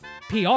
PR